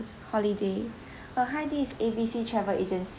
holiday uh hi this is A B C travel agency